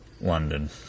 London